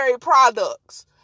products